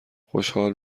خوشحال